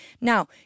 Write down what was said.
Now